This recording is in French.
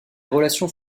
relations